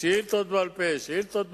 שאילתות בעל-פה, שאילתות.